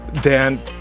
Dan